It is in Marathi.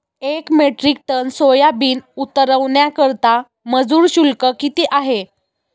एक मेट्रिक टन सोयाबीन उतरवण्याकरता मजूर शुल्क किती आहे?